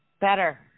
Better